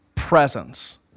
presence